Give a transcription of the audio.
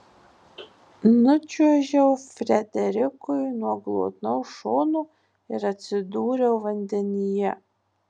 nučiuožiau frederikui nuo glotnaus šono ir atsidūriau vandenyje